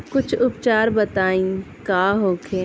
कुछ उपचार बताई का होखे?